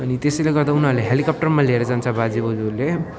अनि त्यसैले गर्दा उनीहरूले हेलिकप्टरमा लिएर जान्छ बाजेबोजूहरूले